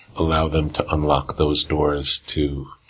allow them to unlock those doors, to